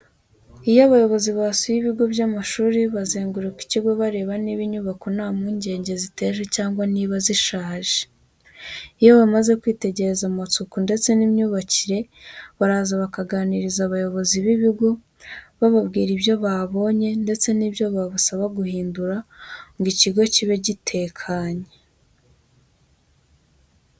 Iyo abayobozi basuye ibigo by'amashuri, bazenguruka ikigo bareba niba inyubako nta mpungenge ziteje cyangwa niba zishaje. Iyo bamaze kwitegereza amasuku ndetse n'imyubakire baraza, bakaganiriza abayobozi b'ibigo, bababwira ibyo babonye ndetse n'ibyo babasaba guhindura ngo ikigo kibe gitekanye.